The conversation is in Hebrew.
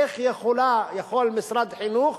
איך יכול משרד החינוך